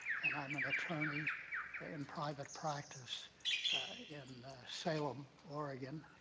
and i'm an attorney in private practice in salem, oregon.